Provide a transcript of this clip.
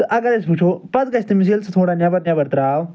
اگر أسۍ وٕچھو پَتہٕ گَژھِ تٔمِس ییٚلہِ سُہ تھوڑا نیٚبر نیٚبر درٛاو